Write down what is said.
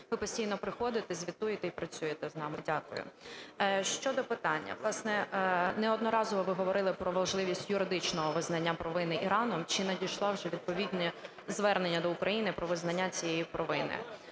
Ви постійно приходите, звітуєте і працюєте з нами. Дякую. Щодо питання. Власне, неодноразово ви говорили про важливість юридичного визнання провини Іраном, чи надійшло вже відповідне звернення до України про визнання цієї провини?